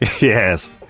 Yes